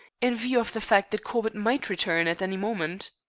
in view of the fact that corbett might return at any moment.